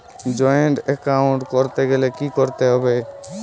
Joint account করতে গেলে কি করতে হবে?